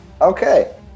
Okay